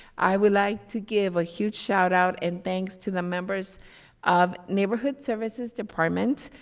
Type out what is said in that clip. i would like to give a huge shout out and thanks to the members of neighborhood services department.